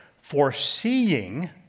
foreseeing